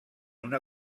una